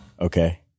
Okay